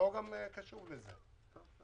בנושא